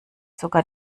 sogar